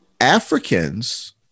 Africans